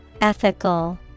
Ethical